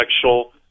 sexual